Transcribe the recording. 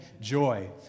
joy